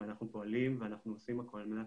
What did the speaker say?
ואנחנו פועלים ואנחנו עושים הכול על מנת